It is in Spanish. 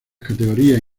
categorías